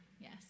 yes